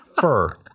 fur